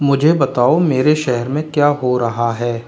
मुझे बताओ मेरे शहर में क्या हो रहा है